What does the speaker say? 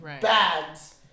Bags